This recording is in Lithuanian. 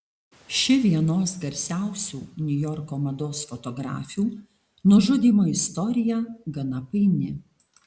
ši vienos garsiausių niujorko mados fotografių nužudymo istorija gana paini